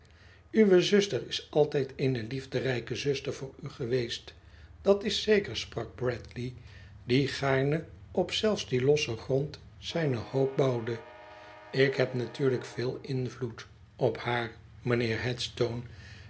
uwe zuster is altijd eene liefderijke zuster voor u geweest dat is zeker sprak bradley die gaarne op zelfe dien lossen grond zijne hoop bouwde ik heb natuurlijk veel invloed op haar mijnheer headstone